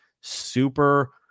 super